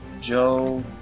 Joe